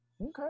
Okay